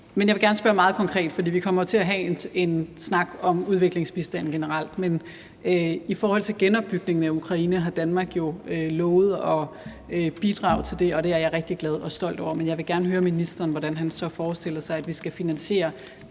Jeg vil gerne spørge meget konkret, for vi kommer jo til at tage en snak om udviklingsbistanden generelt. I forhold til genopbygningen af Ukraine har Danmark jo lovet at bidrage til det, og det er jeg rigtig glad og stolt over. Men jeg vil gerne høre ministeren, hvordan han så forestiller sig at vi skal finansiere